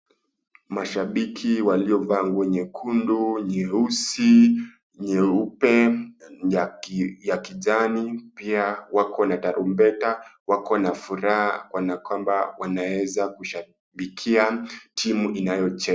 Mashabiki waliovaa nguo nyekundu, nyeusi, nyeupe, ya kijani pia wako na tarumbeta wako na furaha kana kwamba wanaweza kushabikia timu inayo cheza.